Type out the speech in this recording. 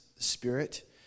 spirit